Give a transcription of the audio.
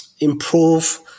improve